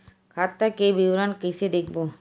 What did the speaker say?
खाता के विवरण कइसे देखबो?